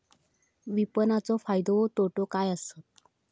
विपणाचो फायदो व तोटो काय आसत?